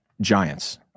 Giants